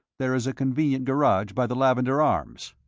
there is a convenient garage by the lavender arms.